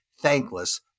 thankless